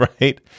right